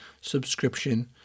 subscription